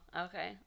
Okay